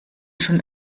schon